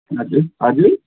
हजुर हजुर